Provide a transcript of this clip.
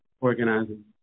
organizing